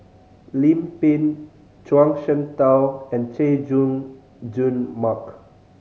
Lim Pin Zhuang Shengtao and Chay Jung Jun Mark